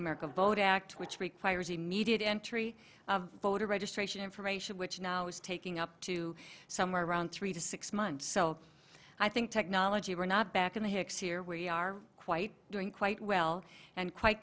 america vote act which requires immediate entry of voter registration information which now is taking up to somewhere around three to six months so i think technology we're not back in the hicks here we are quite doing quite well and quite